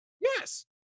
Yes